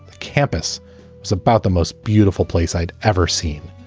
campus was about the most beautiful place i'd ever seen